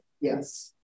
Yes